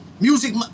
music